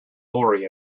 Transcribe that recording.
lorry